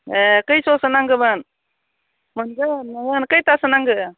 ए खैस'सो नांगोमोन मोनगोन खैथासो नांगो